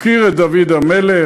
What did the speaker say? הזכיר את דוד המלך,